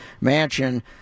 mansion